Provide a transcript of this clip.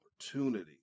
opportunity